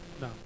No